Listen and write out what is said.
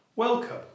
Welcome